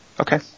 Okay